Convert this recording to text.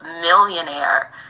millionaire